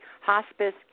hospice